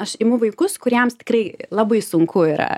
aš imu vaikus kuriems tikrai labai sunku yra